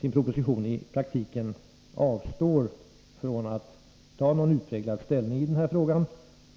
sin proposition i praktiken avstår från att ta någon utpräglad ställning i frågan.